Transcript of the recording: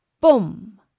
boom